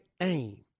aim